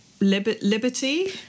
liberty